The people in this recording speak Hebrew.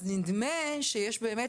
אז נדמה שיש באמת